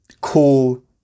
cool